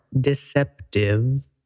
deceptive